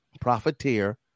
profiteer